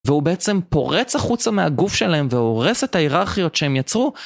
והוא בעצם פורץ החוצה מהגוף שלהם והורס את ההיררכיות שהם יצרו.